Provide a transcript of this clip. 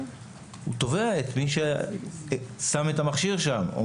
הוא תובע את מי ששם את המכשיר שם או